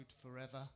forever